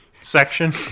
section